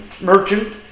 merchant